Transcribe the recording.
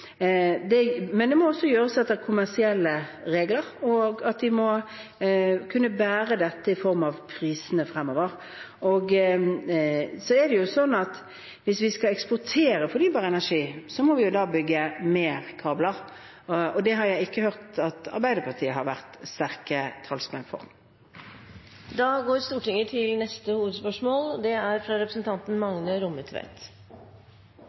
er viktig, men det må gjøres etter kommersielle regler. Vi må kunne bære dette – med tanke på pris – fremover. Hvis vi skal eksportere fornybar energi, må vi bygge flere kabler, og det har jeg ikke hørt at Arbeiderpartiet har vært sterke talsmenn for. Da går vi videre til neste hovedspørsmål. Regjeringa, med Venstre og